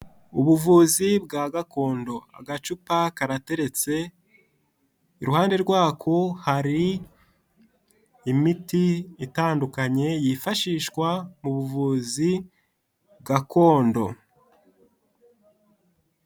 Ubuvuzi bwa gakondo, agacupa karateretse, iruhande rwako hari imiti itandukanye, yifashishwa mu buvuzi gakondo.